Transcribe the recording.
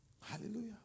Hallelujah